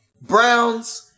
browns